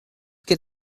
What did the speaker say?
get